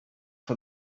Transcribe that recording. for